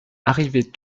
arrivés